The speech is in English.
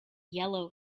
yellow